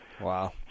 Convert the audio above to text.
Wow